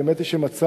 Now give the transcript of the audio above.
האמת היא שמצאתי,